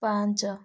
ପାଞ୍ଚ